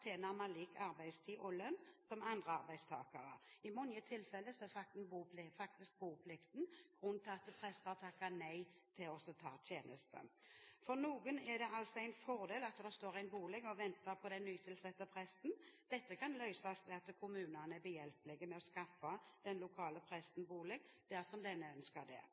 lønn som andre arbeidstakere. I mange tilfeller er faktisk boplikten grunnen til at prester takker nei til å ta tjeneste. For noen er det en fordel at det står en bolig og venter på den nytilsatte presten. Dette kan løses ved at kommunene er behjelpelige med å skaffe den lokale presten bolig dersom denne ønsker det.